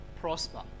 prosper